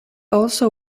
also